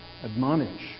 admonish